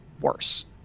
worse